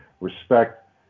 respect